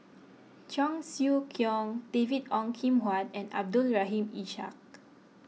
Cheong Siew Keong David Ong Kim Huat and Abdul Rahim Ishak